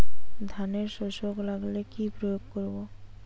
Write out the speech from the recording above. ধানের শোষক লাগলে কি প্রয়োগ করব?